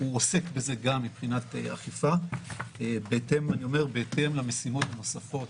עוסק בזה גם מבחינת אכיפה בהתאם למשימות הנוספות